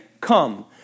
come